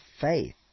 faith